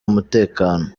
umutekano